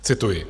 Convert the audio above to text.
Cituji: